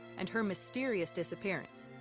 and her mysterious disappearance.